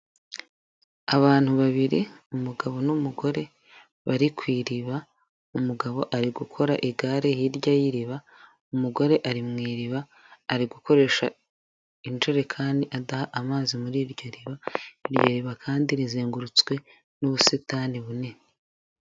Abantu babiri umugabo n'umugore bari ku iriba umugabo ari gukora igare hirya y'iriba, umugore ari mu iriba ari gukoresha injerekani adaha amazi muri iryo riba, iryo riba kandi rizengurutswe n'ubusitani bunini.